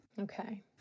Okay